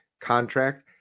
contract